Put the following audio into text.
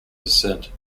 descent